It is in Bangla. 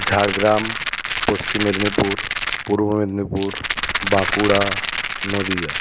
ঝাড়গ্রাম পশ্চিম মেদিনীপুর পূর্ব মদ্নীদিপুর বাঁকুড়া নদীয়া